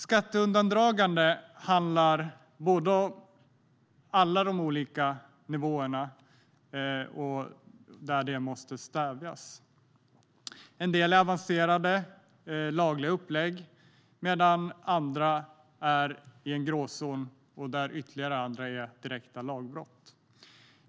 Skatteundandragande måste stävjas på alla nivåer. En del handlar om avancerade lagliga upplägg, medan annat är i en gråzon och ytterligare annat direkta lagbrott.